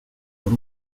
por